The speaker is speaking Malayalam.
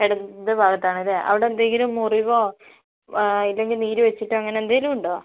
ഇടത് ഭാഗത്താണല്ലേ അവിടെന്തെങ്കിലും മുറിവോ ഇല്ലെങ്കിൽ നീര് വെച്ചിട്ടോ അങ്ങനെന്തേലും ഉണ്ടോ